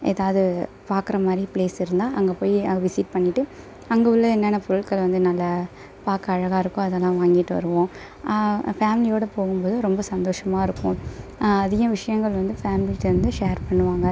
ஏதாவது பார்க்குற மாதிரி ப்ளேஸ் இருந்தால் அங்கே போய் விசிட் பண்ணிவிட்டு அங்கே உள்ள என்னென்ன பொருட்கள் வந்து நல்ல பார்க்க அழகாக இருக்கோ அதெல்லாம் வாங்கிட்டு வருவோம் ஃபேமிலியோடு போகும் போது ரொம்ப சந்தோஷமாக இருக்கும் அதிக விஷயங்கள் வந்து ஃபேமிலிகிட்ட வந்து ஷேர் பண்ணுவாங்க